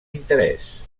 interès